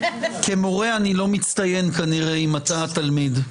כמורה אני לא מצטיין, כנראה, אם אתה התלמיד.